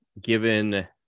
given